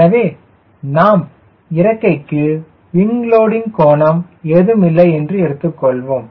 எனவே நாம் இறக்கைக்கு விங் செட்டிங் கோணம் ஏதும் இல்லை என்று எடுத்துக்கொள்வோம்